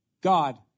God